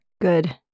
Good